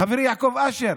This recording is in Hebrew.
חברי יעקב אשר,